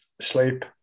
Sleep